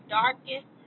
darkest